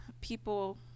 people